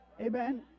Amen